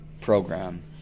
program